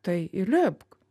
tai įlipk